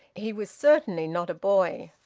he was certainly not a boy.